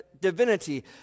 divinity